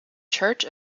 church